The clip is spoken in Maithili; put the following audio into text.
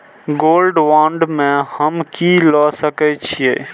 गोल्ड बांड में हम की ल सकै छियै?